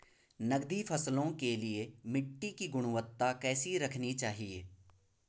नकदी फसलों के लिए मिट्टी की गुणवत्ता कैसी रखनी चाहिए?